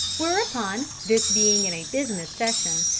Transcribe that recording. whereupon, this being in a business session,